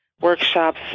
workshops